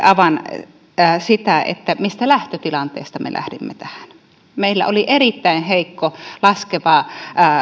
avaan sitä mistä lähtötilanteesta me lähdimme tähän meillä oli erittäin heikko laskeva